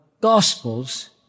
gospels